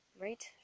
right